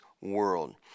world